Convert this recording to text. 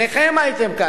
שניכם הייתם כאן.